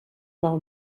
del